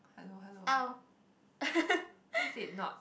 hello hello why is it not